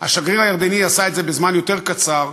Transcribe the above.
השגריר הירדני עשה את זה בזמן יותר קצר,